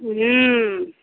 हूँ